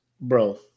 Bro